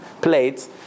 plates